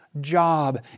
job